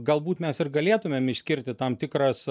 galbūt mes ir galėtumėm išskirti tam tikras